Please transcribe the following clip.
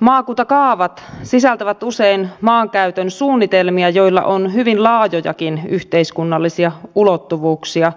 maakuntakaavat sisältävät usein maankäytön suunnitelmia joilla on hyvin laajojakin yhteiskunnallisia ulottuvuuksia